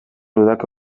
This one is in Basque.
udako